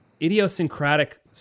idiosyncratic